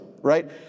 right